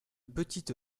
petite